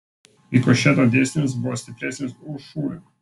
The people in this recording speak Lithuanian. rikošeto dėsnis buvo stipresnis už šūvį